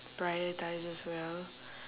prioritises well